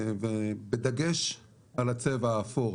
בדגש על הצבע האפור.